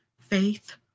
Faith